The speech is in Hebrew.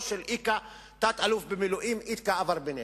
של תת-אלוף במילואים איקה אברבנאל.